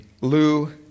Lou